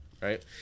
right